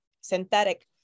synthetic